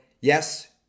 yes